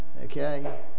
okay